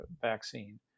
vaccine